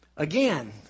Again